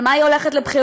על מה היא הולכת לבחירות?